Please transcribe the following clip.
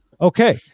Okay